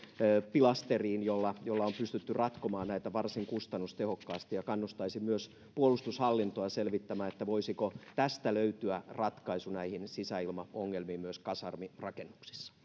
pilasterista jolla jolla on pystytty ratkomaan näitä varsin kustannustehokkaasti kannustaisin myös puolustushallintoa selvittämään voisiko tästä löytyä ratkaisu näihin sisäilmaongelmiin myös kasarmirakennuksissa